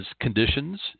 conditions